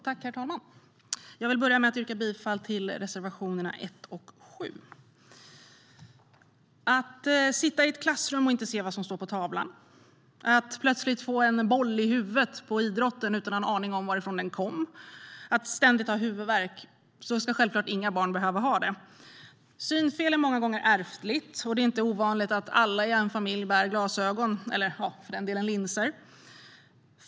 Herr talman! Jag vill börja med att yrka bifall till reservationerna 1 och 7. Att sitta i ett klassrum och inte se vad som står på tavlan, att plötsligt få en boll i huvudet på idrotten utan att ha en aning om varifrån den kom eller att ständigt ha huvudvärk - så ska självklart inga barn behöva ha det. Synfel är många gånger ärftligt, och det är inte ovanligt alla i en familj bär glasögon eller för den delen linser.